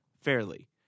fairly